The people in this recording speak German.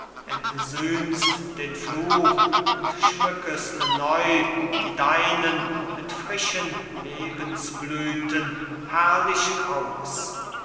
entsühnst den fluch und schmückest neu die deinen mit frischen lebensblüthen herrlich aus